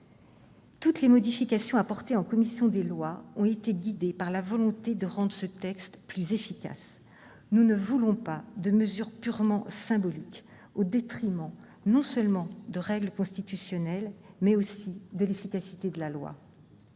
des modifications apportées en commission des lois ont été guidées par la volonté de rendre plus efficace ce texte : nous ne voulons pas de mesures purement symboliques, au détriment non seulement des règles constitutionnelles, mais aussi de l'efficacité de la loi.